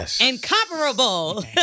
incomparable